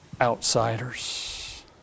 outsiders